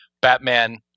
Batman